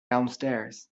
downstairs